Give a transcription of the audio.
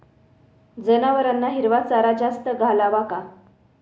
जनावरांना हिरवा चारा जास्त घालावा का?